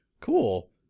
Cool